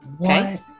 Okay